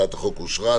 הצעת החוק אושרה.